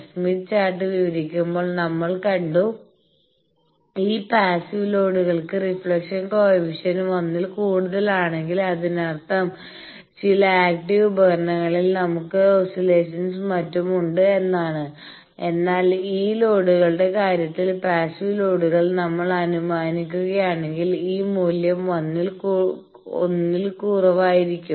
Smith chart വിവരിക്കുമ്പോൾ നമ്മൾ കണ്ടു ഈ പാസ്സീവ് ലോഡുകൾക്ക് റീഫ്ലക്ഷൻ കോയെഫിഷ്യന്റ് 1 ൽ കൂടുതലാണെങ്കിൽ അതിനർത്ഥം ചില ആക്റ്റീവ് ഉപകരണങ്ങളിൽ നമുക്ക് ഓസിലേഷൻസ് മറ്റും ഉണ്ട് എന്നാണ് എന്നാൽ ഈ ലോഡുകളുടെ കാര്യത്തിൽ പാസ്സീവ് ലോഡുകൾ നമ്മൾ അനുമാനിക്കുകയാണെങ്കിൽ ഈ മൂല്യം 1 ൽ വളരെ കുറവായിരിക്കും